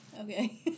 okay